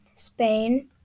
Spain